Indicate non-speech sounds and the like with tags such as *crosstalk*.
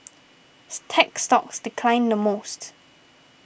*hesitation* tech stocks declined the most